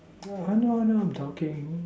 how do I know whether I am bulking